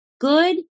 good